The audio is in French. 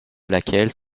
laquelle